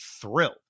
thrilled